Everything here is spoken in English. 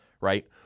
right